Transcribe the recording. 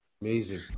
Amazing